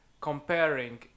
comparing